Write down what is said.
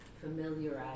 familiarize